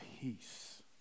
Peace